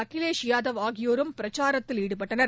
அகிலேஷ் யாதவ் ஆகியோரும் பிரச்சாரத்தில் ஈடுபட்டனர்